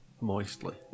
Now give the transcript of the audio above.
Moistly